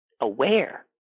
aware